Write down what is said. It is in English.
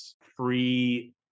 free